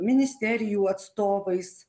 ministerijų atstovais